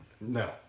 No